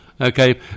Okay